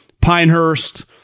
Pinehurst